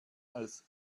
als